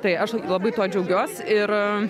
tai aš labai tuo džiaugiuos ir